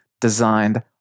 designed